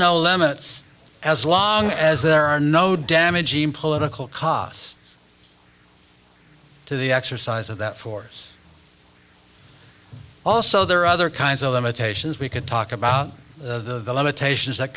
no limits as long as there are no damaging political costs to the exercise of that force also there are other kinds of limitations we could talk about the limitations that